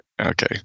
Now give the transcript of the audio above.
Okay